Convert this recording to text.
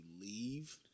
leave